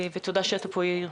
תודה שאתה כאן יאיר.